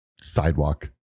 sidewalk